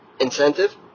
incentive